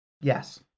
Yes